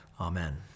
Amen